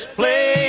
play